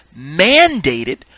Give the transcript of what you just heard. mandated